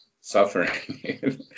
suffering